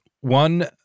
one